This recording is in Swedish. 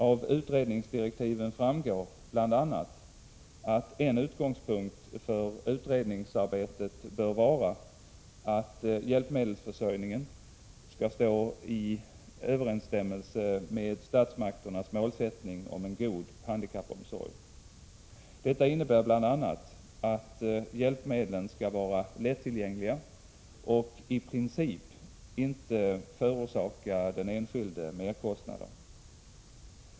Av utredningsdirektiven framgår bl.a. att en utgångspunkt för utredningsarbetet bör vara att hjälpmedelsförsörjningen skall stå i överensstämmelse med statsmakternas målsättning för en god handikappomsorg. 23 Detta innebär bl.a. att hjälpmedlen skall vara lättillgängliga och i princip inte förorsaka den enskilde merkostnader.